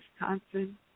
Wisconsin